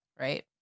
Right